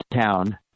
town